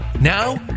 Now